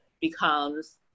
becomes